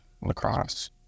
Lacrosse